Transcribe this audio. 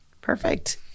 perfect